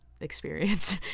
experience